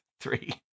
three